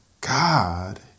God